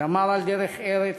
שמר על דרך ארץ,